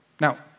Now